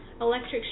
electric